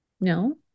No